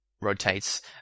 rotates